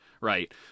Right